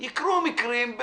יקרו מקרים,